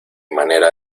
manera